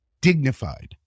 dignified